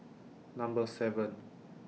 Number seven